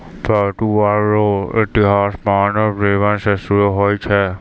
पटुआ रो इतिहास मानव जिवन से सुरु होय छ